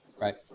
Right